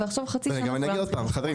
חצי שנה --- חברים,